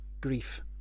grief